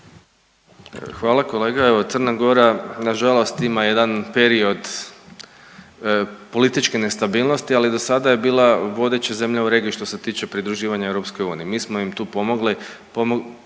Hvala kolega, evo Crna Gora nažalost ima jedan period političke nestabilnosti, ali do sada je bila vodeća zemlja u regiji što se tiče pridruživanja EU. Mi smo im tu pomogli.